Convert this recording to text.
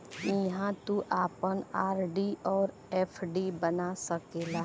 इहाँ तू आपन आर.डी अउर एफ.डी बना सकेला